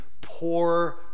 poor